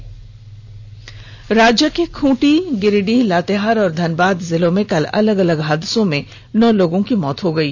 हादसा राज्य के खूंटी गिरिडीह लातेहार और धनबाद जिलों में कल अलग अलग हादसों में नौ लोगों की मौत हो गयी